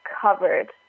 covered